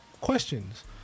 questions